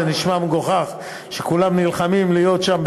זה נשמע מגוחך שכולם נלחמים להיות שם,